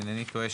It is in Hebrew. אם אינני טועה,